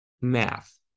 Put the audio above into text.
math